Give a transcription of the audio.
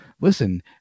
Listen